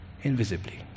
invisibly